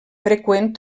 freqüent